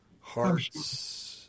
Hearts